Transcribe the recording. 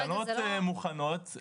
התקנות מוכנות.